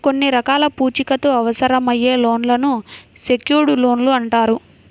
కొన్ని రకాల పూచీకత్తు అవసరమయ్యే లోన్లను సెక్యూర్డ్ లోన్లు అంటారు